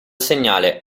segnale